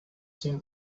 seen